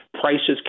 prices